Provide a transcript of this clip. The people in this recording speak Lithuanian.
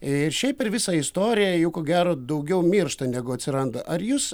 ir šiaip per visą istoriją jų ko gero daugiau miršta negu atsiranda ar jūs